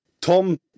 Tom